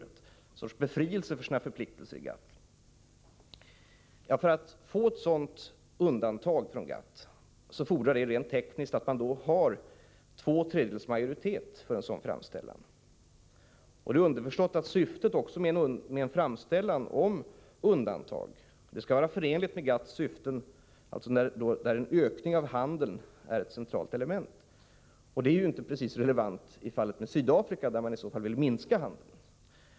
Det är en sorts befrielse från sina förpliktelser inom GATT. För att få ett sådant undantag från GATT fordras det rent tekniskt att man har två tredjedels majoritet. Det är också underförstått att syftet med en framställan om undantag skall vara förenligt med GATT:s syften, där en ökning av handeln är ett centralt element. Och det är inte precis relevant i fallet med Sydafrika, där man i stället vill minska handeln.